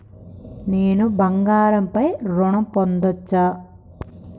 నేను బంగారం పై ఋణం పొందచ్చా?